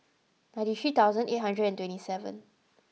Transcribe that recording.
ninety three thousand eight hundred and twenty seven